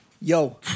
Yo